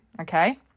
Okay